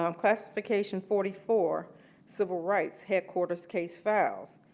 um classification forty four civil rights headquarter case files.